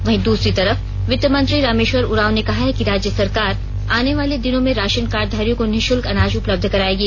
वहीं दूसरी तरफ वित्त मंत्री रामेश्वर उरांव ने कहा है कि राज्य सरकार आने वाले दिनों में राशन कार्ड धारियों को निशल्क अनाज उपलब्ध कराएगी